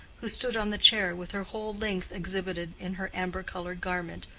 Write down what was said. who stood on the chair with her whole length exhibited in her amber-colored garment,